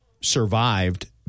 survived